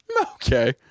Okay